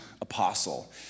apostle